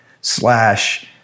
slash